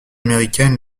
américaine